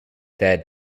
their